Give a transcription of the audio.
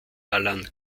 alan